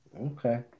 Okay